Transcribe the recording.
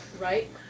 Right